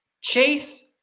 chase